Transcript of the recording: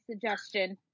suggestion